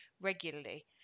regularly